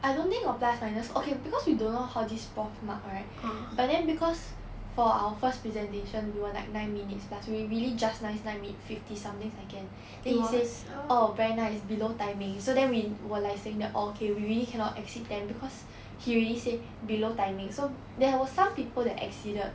I don't think got plus minus okay because we don't know how this prof mark right but then because for our first presentation we were like nine minutes plus we really just nice nice meet fifty something second then he say oh very nice below timing so then we were like saying that orh okay we really cannot exceed them because he already say below timing so there was some people that exceeded